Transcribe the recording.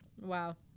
Wow